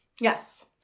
Yes